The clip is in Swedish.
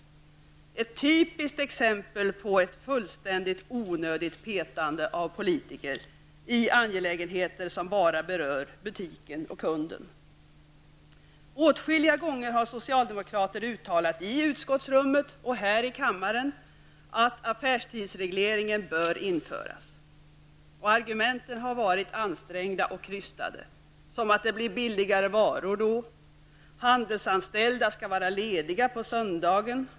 Det är ett typiskt exempel på ett fullständigt onödigt petande från politikernas sida i fråga om angelägenheter som bara berör butiken och kunden. Åtskilliga gånger har socialdemokrater uttalat både i utskottet och här i kammaren att affärstidsregleringen bör återinföras. När man har argumenterat för ett återinförande av affärstidsregleringen har det låtit både ansträngt och krystat: Det skulle bli billigare varor. Också handelsanställda skall vara lediga på söndagar.